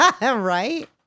Right